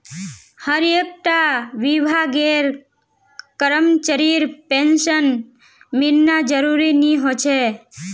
हर एक टा विभागेर करमचरीर पेंशन मिलना ज़रूरी नि होछे